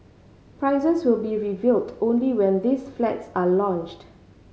prices will be revealed only when these flats are launched